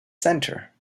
center